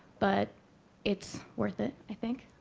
but it's worth it, i think.